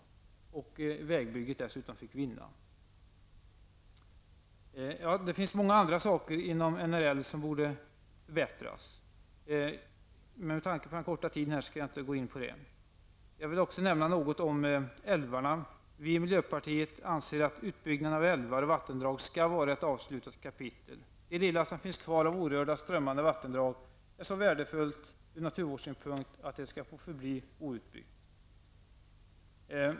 Dessutom var det vägbygget som tilläts vinna. Det finns många andra saker inom NRL som borde förbättras, men med tanke på min korta taletid skall jag inte gå in på dem. Jag vill dock även nämna något om älvarna. Vi i miljöpartiet anser att utbyggnaden av älvar och vattendrag skall vara ett avslutat kapitel. Det lilla som finns kvar av orörda strömmande vattendrag är så värdefullt ur naturvårdssynpunkt att det skall få förbli outbyggt.